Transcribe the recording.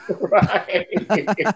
Right